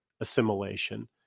assimilation